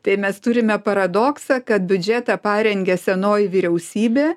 tai mes turime paradoksą kad biudžetą parengė senoji vyriausybė